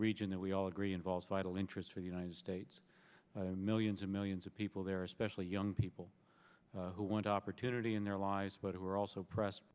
region that we all agree involves vital interests for the united states millions of millions of people there especially young people who want opportunity in their lives but who are also press